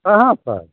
कहाँ पर